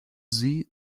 sie